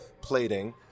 plating